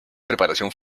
preparación